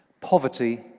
poverty